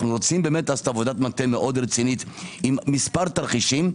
אנו רוצים לעשות עבודת מטה מאוד רצינית עם מספר תרחיבים,